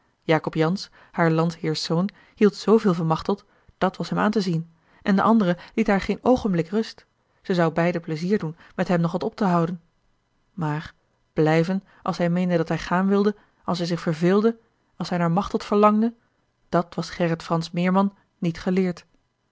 jacob jansz haar landheers zoon hield zooveel van machteld dàt was hem aan te zien en de andere liet haar geen oogenblik rust ze zou beiden pleizier doen met hem nog wat op te houden maar blijven als hij meende dat hij gaan wilde als hij zich verveelde als hij naar machteld verlangde dat was gerrit fransz meerman niet geleerd